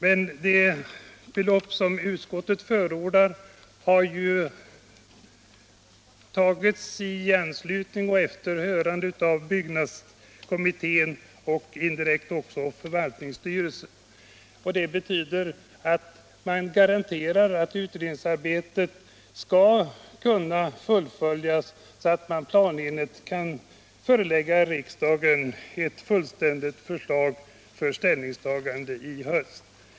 Men det belopp som utskottet förordar har utskottet bestämt sig för efter hörande av byggnadskommittén och indirekt också förvaltningsstyrelsen. Det betyder en garanti för att utredningsarbetet skall kunna fullföljas, så att man planenligt kan förelägga riksdagen ett fullständigt förslag till ställningstagande i höst.